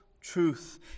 truth